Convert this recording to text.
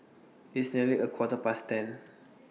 its nearly A Quarter Past ten